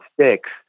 sticks